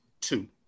two